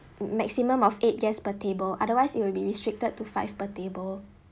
m~ maximum of eight guests per table otherwise it will be restricted to five per table